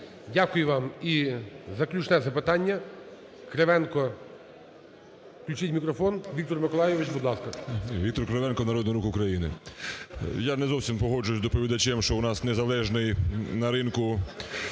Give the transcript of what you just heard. Дякую вам. І заключне запитання Кривенко, включіть мікрофон. Віктор Миколайович, будь ласка. 16:20:02 КРИВЕНКО В.М. Віктор Кривенко, "Народний рух України". Я не зовсім погоджуюсь з доповідачем, що у нас незалежний на ринку